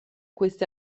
questi